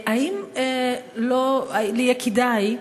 האם לא יהיה כדאי,